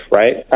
right